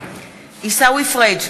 עיסאווי פריג'